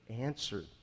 answered